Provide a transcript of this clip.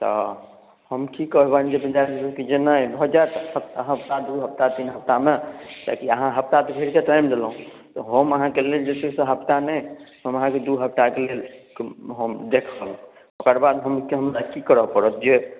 तऽ हम की कहबनि जे हुनकासभके जे नहि भऽ जायत हफ्ता दू हफ्ता तीन हफ्तामे कियाकि अहाँ हफ्ता भरिके टाइम देलहुँ तऽ हम अहाँके लेल जे छै से हफ्ता नहि हम अहाँके दू हफ्ताके लेल हम देखब ओकर बाद हमरा की करय पड़त जे